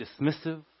dismissive